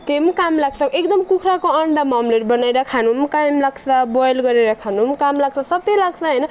त्यही पनि काम लाग्छ एकदम कुखुराको अन्डा अमलेट बनाएर खानु पनि काम लाग्छ बोइल गरेर खानु पनि काम लाग्छ सबै लाग्छ होइन